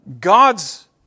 God's